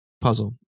puzzle